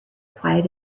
quiet